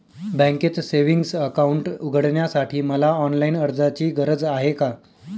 बँकेत savings account उघडण्यासाठी मला ऑनलाईन अर्जाची गरज आहे का?